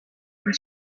and